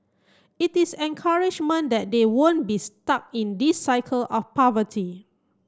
it is encouragement that they won't be stuck in this cycle of poverty